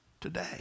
today